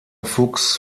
fuchs